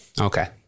Okay